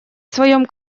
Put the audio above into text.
своем